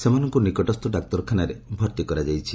ସମସ୍ତଙ୍କୁ ନିକଟସ୍ଥ ଡାକ୍ତରଖାନାରେ ଭର୍ତ୍ତି କରାଯାଇଛି